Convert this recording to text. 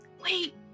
Wait